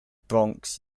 bronx